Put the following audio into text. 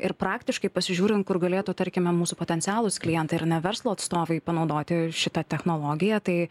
ir praktiškai pasižiūrint kur galėtų tarkime mūsų potencialūs klientai ir verslo atstovai panaudoti šitą technologiją tai